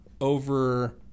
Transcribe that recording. over